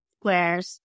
squares